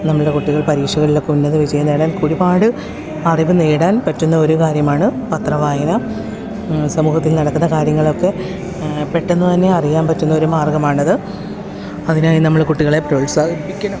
നമ്മളുടെ കുട്ടികൾ പരീക്ഷകളിൽ ഒക്കെ ഉന്നത വിജയം നേടാൻ ഒരുപാട് അറിവ് നേടാൻ പറ്റുന്ന ഒരു കാര്യമാണ് പത്രവായന സമൂഹത്തിൽ നടക്കുന്ന കാര്യങ്ങളൊക്കെ പെട്ടന്ന് തന്നെ അറിയാൻ പറ്റുന്ന ഒരു മാർഗ്ഗമാണത് അതിനായി നമ്മള് കുട്ടികളെ പ്രോത്സാഹിപ്പിക്കണം